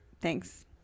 Thanks